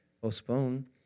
postpone